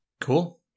Cool